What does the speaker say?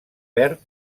perd